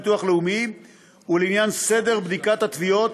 לביטוח לאומי ולעניין סדר בדיקת התביעות,